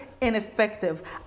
ineffective